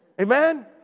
Amen